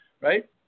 right